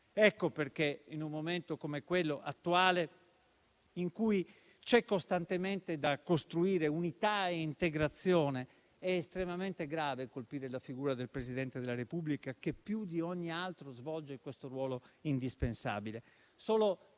Ecco perché in un momento come quello attuale, in cui c'è costantemente da costruire unità e integrazione, è estremamente grave colpire la figura del Presidente della Repubblica, che più di ogni altro svolge un ruolo indispensabile.